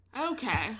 Okay